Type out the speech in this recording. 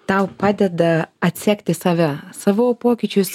tau padeda atsekti save savo pokyčius